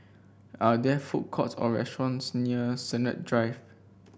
are there food courts or restaurants near Sennett Drive